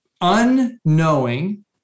unknowing